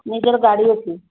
ନିଜର ଗାଡ଼ି ଅଛି